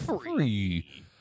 free